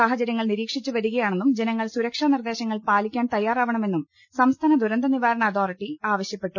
സാഹചര്യങ്ങൾ നിരീക്ഷിച്ചുവരികയാ ണെന്നും ജനങ്ങൾ സുരക്ഷാ നിർദേശങ്ങൾ പാലിക്കാൻ തയ്യാ റാവണമെന്നും സംസ്ഥാന ദുരന്ത നിപ്പാരണ അതോറിറ്റി ആവ ശ്യപ്പെട്ടു